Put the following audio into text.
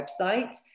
website